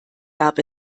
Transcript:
gab